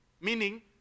meaning